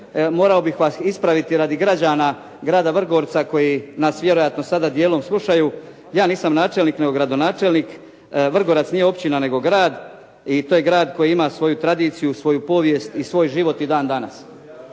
morao bih vas ispraviti radi građana grada Vrgorca koji nas vjerojatno sada dijelom slušaju. Ja nisam načelnik, nego gradonačelnik, Vrgorac nije općina nego grad i to je grad koji ima svoju tradiciju, svoju povijest i svoj život i dan danas.